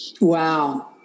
Wow